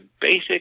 basic